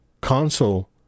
Console